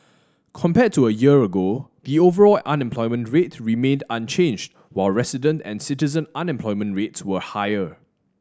compared to a year ago the overall unemployment rate remained unchanged while resident and citizen unemployment rates were higher